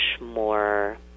more